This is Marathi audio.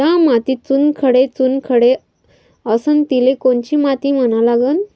ज्या मातीत चुनखडे चुनखडे असन तिले कोनची माती म्हना लागन?